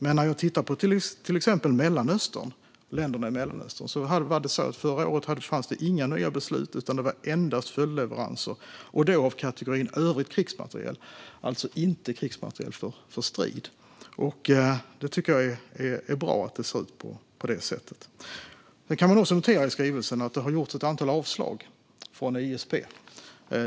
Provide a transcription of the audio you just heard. Men när det gäller länderna i Mellanöstern fanns det inga nya beslut förra året, utan det var endast följdleveranser - och då i kategorin övrig krigsmateriel, alltså inte krigsmateriel för strid. Jag tycker att det är bra att det ser ut på det sättet. Man kan också notera i skrivelsen att det har gjorts ett antal avslag från ISP.